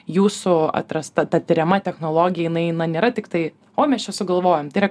jūsų atrasta ta tiriama technologija jinai na nėra tiktai o mes čia sugalvojom tai yra